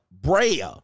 Brea